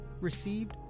received